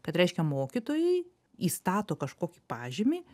kad reiškia mokytojai įstato kažkokį pažymį